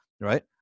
right